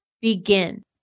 begin